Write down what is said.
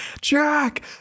Jack